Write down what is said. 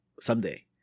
someday